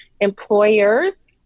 employers